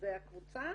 שזו הקבוצה,